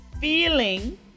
feeling